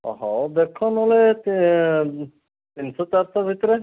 ହଉ ଦେଖ ନହେଲେ ସେ ତିନିଶ ଚାରିଶ ଭିତରେ